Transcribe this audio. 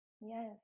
Yes